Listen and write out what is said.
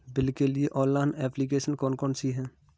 Bill के लिए online application कौन कौन सी हैं?